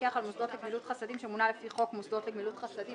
המפקח על מוסדות לגמילות חסדים שמונה לפי חוק מוסדות לגמילות חסדים".